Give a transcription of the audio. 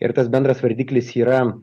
ir tas bendras vardiklis yra